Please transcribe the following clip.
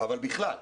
אבל בכלל.